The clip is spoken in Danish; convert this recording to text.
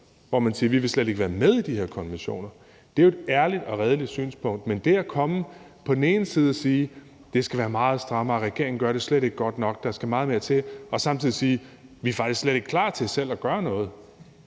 sig, og sige: Vi vil slet ikke være med i de her konventioner. Det er jo et ærligt og redeligt synspunkt, men det er det ikke at komme og på den ene side sige, at det skal være meget strammere, og at regeringen slet ikke gør det godt nok og der skal meget mere til, og så samtidig sige: Vi er faktisk slet ikke klar til selv at gøre noget.